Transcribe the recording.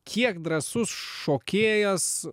kiek drąsus šokėjas